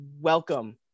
welcome